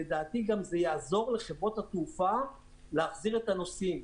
ולדעתי גם זה יעזור לחברות התעופה להחזיר את הנוסעים,